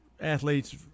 athletes